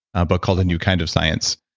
a book called a new kind of science.